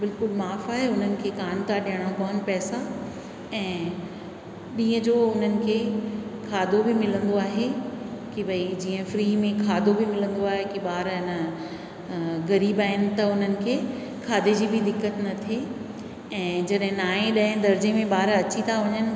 बिल्कुलु माफ़ु आहे उन्हनि खे कोन था ॾियणा पवनि पैसा ऐं ॾींहं जो उन्हनि खे खाधो बि मिलंदो आहे की भई जीअं फ्री में खाधो बि मिलंदो आहे की ॿार आहिनि ग़रीब आहिनि त उन्हनि खे खाधे जी बि दिक़त न थिए ऐं जॾहिं नाए ॾहे दर्जे में ॿार अची था वञनि